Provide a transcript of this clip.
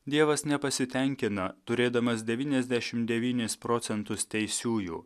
dievas nepasitenkina turėdamas devyniasdešim devynis procentus teisiųjų